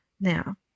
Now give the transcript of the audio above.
Now